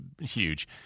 huge